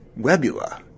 Webula